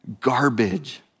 garbage